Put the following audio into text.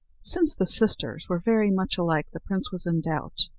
since the sisters were very much alike, the prince was in doubt.